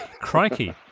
Crikey